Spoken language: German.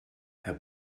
herr